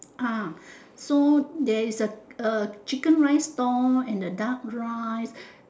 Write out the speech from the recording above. ah so there is a a chicken rice store and a duck rice